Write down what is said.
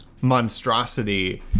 monstrosity